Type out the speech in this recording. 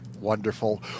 Wonderful